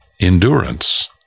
endurance